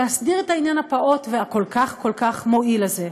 להסדיר את העניין הפעוט והכל-כך כל כך מועיל הזה.